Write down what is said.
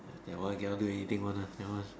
ah that one cannot do anything one lah that ones